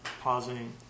pausing